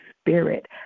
spirit